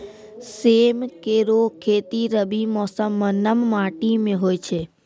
सेम केरो खेती रबी मौसम म नम माटी में होय छै